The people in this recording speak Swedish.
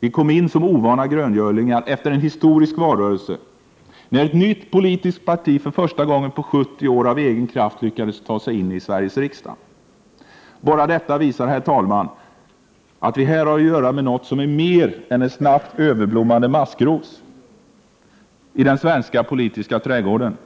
Vi kom in som ovana gröngölingar efter en historisk valrörelse, när ett nytt politiskt parti för första gången på 70 år av egen kraft lyckades ta sig in i Sveriges riksdag. Bara detta visar, herr talman, att vi här har att göra med något som är mer än en snabbt överblommande maskros i den svenska politiska trädgården.